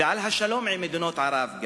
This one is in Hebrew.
וגם על השלום עם מדינות ערב.